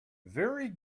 very